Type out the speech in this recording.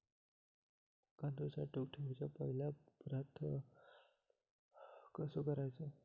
कांदो साठवून ठेवुच्या पहिला प्रतवार कसो करायचा?